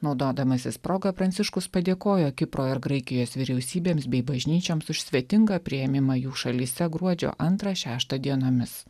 naudodamasis proga pranciškus padėkojo kipro ir graikijos vyriausybėms bei bažnyčioms už svetingą priėmimą jų šalyse gruodžio antrą šeštą dienomis